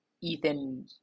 Ethan